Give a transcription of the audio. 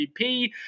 MVP